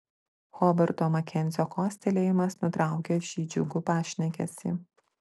hobarto makenzio kostelėjimas nutraukė šį džiugų pašnekesį